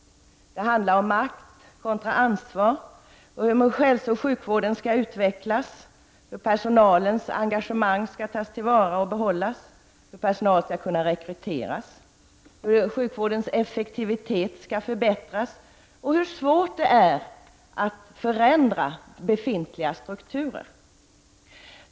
Det handlar om makt kontra ansvar, om hur hälsooch sjukvården skall utvecklas, hur personalens engagemang skall tas till vara och behållas, hur personal skall kunna rekryteras, hur sjukvårdens effektivitet skall förbättras och om hur svårt det är att förändra befintliga strukturer.